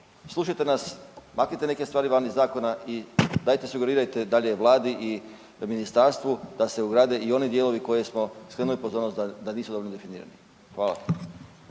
slušajte nas, maknite neke stvari van iz zakona i dajte sugerirajte dalje vladi i ministarstvu da se obrade i oni dijelovi na koje smo skrenuli pozornost da nisu dobro definirani. Hvala.